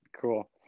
Cool